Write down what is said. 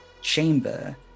chamber